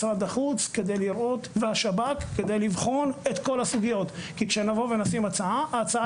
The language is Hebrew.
משרד החוץ והשב"כ כדי לבחון את כל הסוגיות כך שנוכל לבוא ולהניח הצעה.